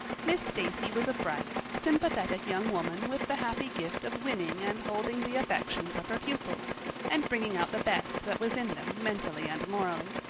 miss stacy was a bright, sympathetic young woman with the happy gift of winning and holding the affections of her pupils and bringing out the best that was in them mentally and morally.